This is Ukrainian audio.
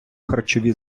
харчові